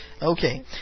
Okay